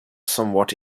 somewhat